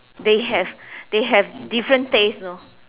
they have they have different taste you know